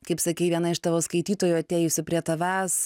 kaip sakei viena iš tavo skaitytojų atėjusių prie tavęs